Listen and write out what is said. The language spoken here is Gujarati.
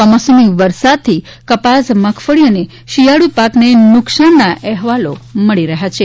કમોસમી વરસાદથી કપાસ મગફળી અને શિયાળુ પાકને નુકસાનના અહેવાલો મળી રહ્યા છે